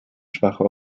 schwache